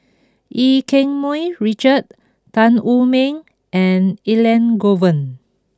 Eu Keng Mun Richard Tan Wu Meng and Elangovan